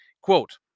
Quote